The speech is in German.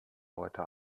leute